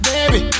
Baby